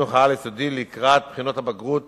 החינוך העל-יסודי לקראת בחינות הבגרות